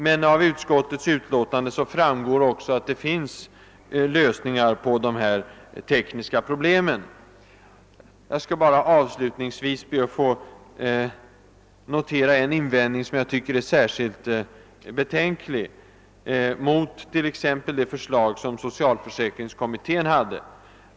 Men av utskottets utlåtande framgår att det finns lösningar på dessa tekniska problem. Jag vill i stället avslutningsvis bara notera en invändning, som jag tycker är särskilt betänklig, mot exempelvis det förslag som socialförsäkringskommittén lade fram.